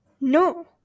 no